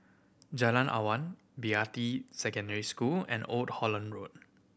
Jalan Awang Beatty Secondary School and Old Holland Road